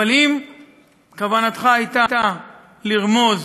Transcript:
אבל אם כוונתך הייתה לרמוז